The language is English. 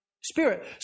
spirit